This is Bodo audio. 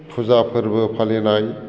फुजा फोरबो फालिनाय